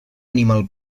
animal